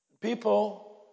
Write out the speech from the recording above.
People